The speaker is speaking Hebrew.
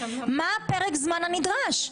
מה פרק הזמן הנדרש?